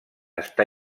està